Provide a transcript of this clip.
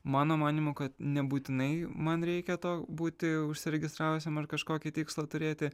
mano manymu kad nebūtinai man reikia to būti užsiregistravusiam ar kažkokį tikslą turėti